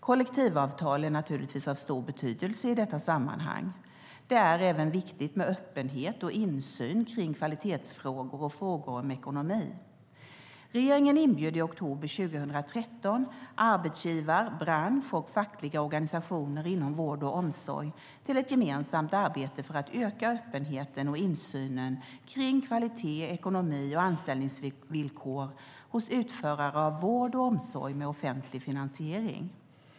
Kollektivavtal är naturligtvis av stor betydelse i detta sammanhang. Det är även viktigt med öppenhet och insyn kring kvalitetsfrågor och frågor om ekonomi. Regeringen inbjöd i oktober 2013 arbetsgivarorganisationer, branschorganisationer och fackliga organisationer inom vård och omsorg till ett gemensamt arbete för att öka öppenheten och insynen kring kvalitet, ekonomi och anställningsvillkor hos utförare av vård och omsorg med offentlig finansiering.